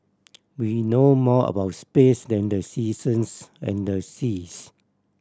we know more about space than the seasons and the seas